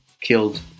Killed